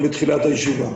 בתחילת הישיבה.